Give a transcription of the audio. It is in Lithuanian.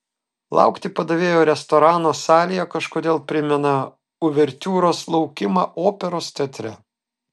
laukti padavėjo restorano salėje kažkodėl primena uvertiūros laukimą operos teatre